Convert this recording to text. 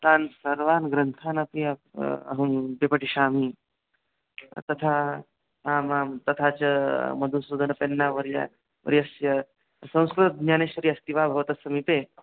तान् सर्वान् ग्रन्थानपि अप् अहं पिपठिषामि तथा आमां तथा च मधुसूदनपेन्नावर्यः वर्यस्य संस्कृतज्ञानेश्वरी अस्ति वा भवतस्समीपे